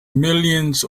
millions